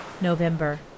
November